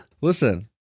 Listen